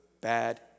bad